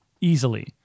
easily